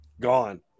gone